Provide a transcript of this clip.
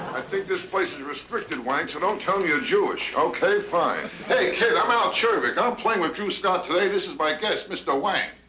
i think this place is restricted wang so don't tell em you're jewish. okay? fine. hey kid i'm al czervik i'm playing with drew scott today. this is my guest mr. wang,